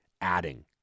adding